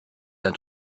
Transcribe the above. d’un